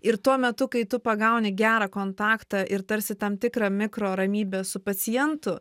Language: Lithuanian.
ir tuo metu kai tu pagauni gerą kontaktą ir tarsi tam tikrą mikro ramybę su pacientu